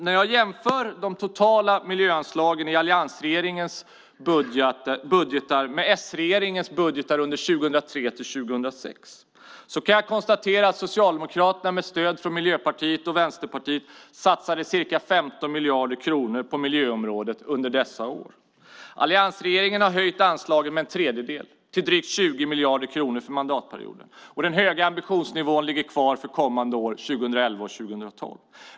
När jag jämför de totala miljöanslagen i alliansregeringens budgetar med s-regeringens budgetar under 2003-2006 kan jag konstatera att Socialdemokraterna med stöd från Miljöpartiet och Vänsterpartiet satsade ca 15 miljarder kronor på miljöområdet under dessa år. Alliansregeringen har höjt anslagen med en tredjedel till drygt 20 miljarder kronor under mandatperioden. Den höga ambitionsnivån ligger kvar för kommande år, 2011 och 2012.